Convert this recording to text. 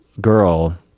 girl